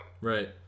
Right